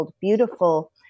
beautiful